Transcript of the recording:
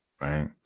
right